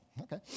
Okay